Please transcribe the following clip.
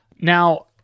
Now